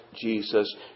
Jesus